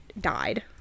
died